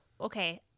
Okay